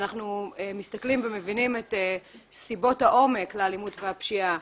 כשאנחנו מסתכלים ומבינים את סיבות העומק לאלימות ולפשיעה,